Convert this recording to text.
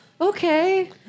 okay